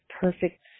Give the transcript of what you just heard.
perfect